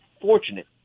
fortunate